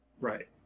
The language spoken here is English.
Right